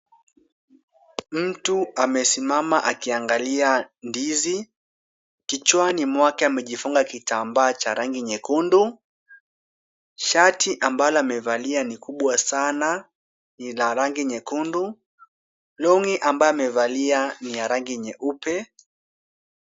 Mtu amesimama akiangalia ndizi. Kichwani mwake amejifunga kitambaa cha rangi nyekundu. Shati ambalo amevalia ni kubwa sana, ni la rangi nyekundu. (Cs) Long'i (cs) ambayo amevalia ni ya rangi nyeupe.